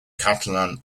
catalan